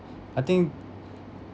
I think